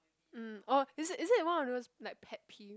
mm orh is it is it one of those like pet peeve